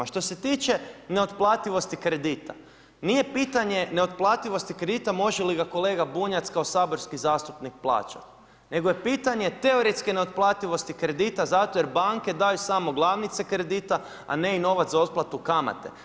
Što se tiče neotplativosti kredita, nije pitanje neotplativosti kredita može li ga kolega Bunjac kao saborski zastupnik plaćati nego je pitanje teoretske neotplativosti kredita zato jer banke daju samo glavnice kredita, a ne i novac za otplatu kamate.